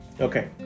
Okay